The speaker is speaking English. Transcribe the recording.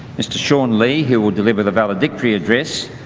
mr. sean lee, who will deliver the valedictory address.